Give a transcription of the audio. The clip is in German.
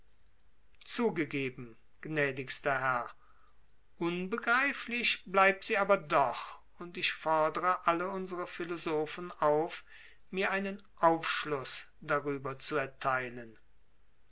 zugegeben gnädigster herr unbegreiflich bleibt sie aber doch und ich fordre alle unsre philosophen auf mir einen aufschluß darüber zu erteilen